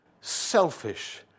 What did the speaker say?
selfish